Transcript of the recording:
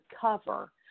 cover